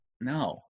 no